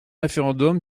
référendum